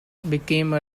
became